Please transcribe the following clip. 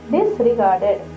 Disregarded